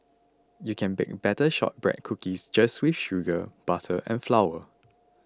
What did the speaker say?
you can bake Shortbread Cookies just with sugar butter and flour